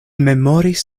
memoris